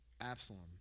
Absalom